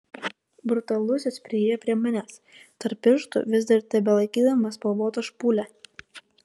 brutalusis priėjo prie manęs tarp pirštų vis dar tebelaikydamas spalvotą špūlę